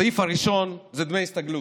הסעיף הראשון זה דמי הסתגלות.